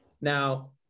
Now